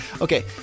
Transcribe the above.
Okay